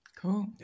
Cool